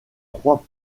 trois